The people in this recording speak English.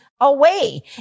away